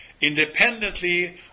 independently